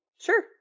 sure